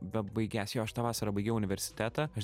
bebaigiąs jo aš tą vasarą baigiau universitetą aš